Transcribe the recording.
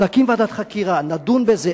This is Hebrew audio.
אז נקים ועדת חקירה, נדון בזה.